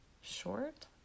short